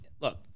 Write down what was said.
look